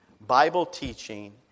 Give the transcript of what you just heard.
Bible-teaching